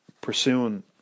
pursuing